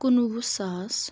کُنوُہ ساس